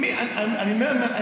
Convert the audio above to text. אני אומר,